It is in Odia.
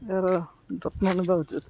ଏହାର ଯତ୍ନ ନେବା ଉଚିତ୍